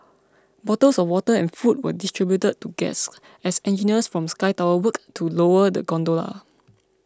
bottles of water and food were distributed to guests as engineers from Sky Tower worked to lower the gondola